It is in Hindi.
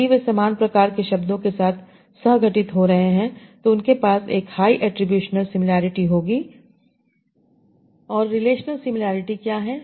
यदि वे समान प्रकार के शब्दों के साथ सह घटित हो रहे हैं तो उनके पास एक हाई अटरीब्यूशन सिमिलैरिटी होगी और रिलेशनल सिमिलैरिटी क्या है